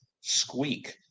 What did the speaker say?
squeak